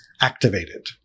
activated